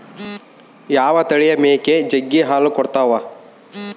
ಯಾವ ತಳಿಯ ಮೇಕೆ ಜಗ್ಗಿ ಹಾಲು ಕೊಡ್ತಾವ?